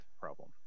problem